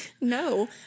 no